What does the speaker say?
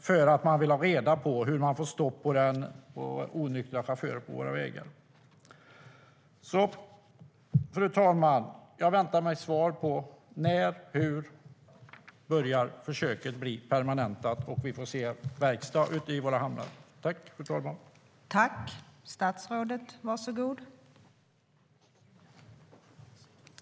Man vill nämligen ha reda på hur man får stopp på onyktra chaufförer på våra vägar.